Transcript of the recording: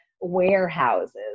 warehouses